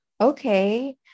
Okay